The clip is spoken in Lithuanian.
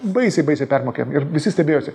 baisiai baisiai permokėjom ir visi stebėjosi